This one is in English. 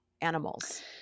animals